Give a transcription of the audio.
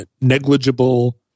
negligible